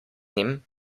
njim